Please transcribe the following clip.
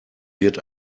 wird